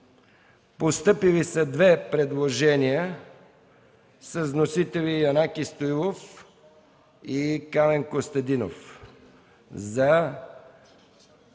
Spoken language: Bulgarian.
постъпили са две предложения с вносители Янаки Стоилов и Камен Костадинов